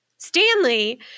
stanley